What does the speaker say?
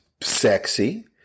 sexy